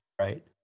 right